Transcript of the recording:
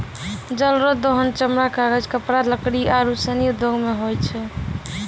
जल रो दोहन चमड़ा, कागज, कपड़ा, लकड़ी आरु सनी उद्यौग मे होय छै